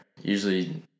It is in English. Usually